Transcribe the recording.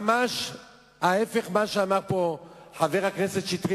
ממש ההיפך ממה שאמר פה חבר הכנסת שטרית,